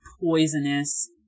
poisonous